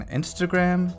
instagram